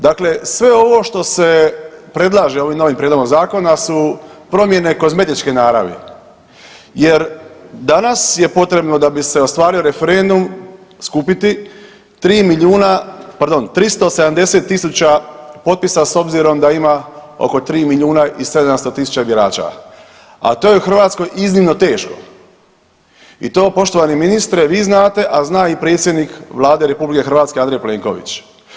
Dakle, sve ovo što se predlaže ovim novim prijedlogom zakona su promjene kozmetičke naravi, jer danas je potrebno da bi se ostvario referendum skupiti 3 milijuna, pardon, 370.000 potpisa s obzirom da ima oko 3 milijuna i 700 tisuća birača, a to je u Hrvatskoj iznimno teško i to poštovani ministre vi znate, a zna i predsjednik Vlade RH Andrej Plenković.